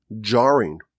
jarring